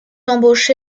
embauché